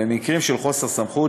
במקרים של חוסר סמכות,